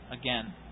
again